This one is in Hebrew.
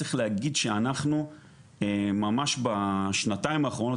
צריך להגיד שאנחנו ממש בשנתיים האחרונות